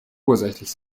ursächlich